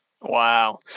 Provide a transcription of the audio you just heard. wow